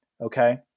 Okay